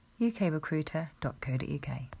ukrecruiter.co.uk